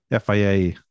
FIA